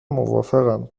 موافقم